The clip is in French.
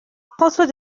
françois